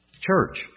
church